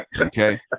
Okay